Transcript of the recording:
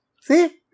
See